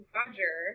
Roger